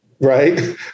Right